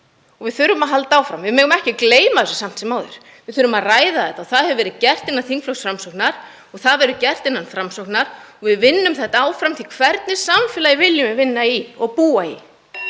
og við þurfum að halda áfram. Við megum ekki gleyma þessu samt sem áður. Við þurfum að ræða þetta og það hefur verið gert innan þingflokks Framsóknar og það verður gert innan Framsóknar og við vinnum þetta áfram, því í hvernig samfélagi viljum við vinna í og búa í?